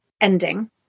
ending